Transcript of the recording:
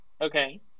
Okay